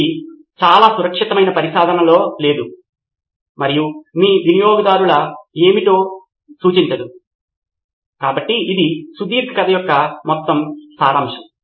ఇది చాలా సురక్షితమైన పరిశోధన లో లేదు మరియు మీ వినియోగదారులఏమిటో సూచించదు కాబట్టి ఇది ఈ సుదీర్ఘ కథ యొక్క మొత్తం సారాంశము